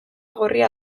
gorria